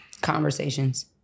Conversations